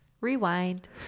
Rewind